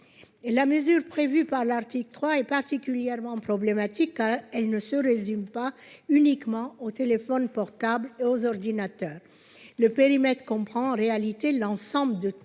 La mesure prévue par l'article 3 est particulièrement problématique, car elle ne se résume pas uniquement aux téléphones portables et aux ordinateurs. Son périmètre comprend en réalité tous